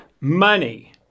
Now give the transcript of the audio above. money